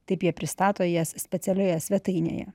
taip jie pristato jas specialioje svetainėje